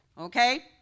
okay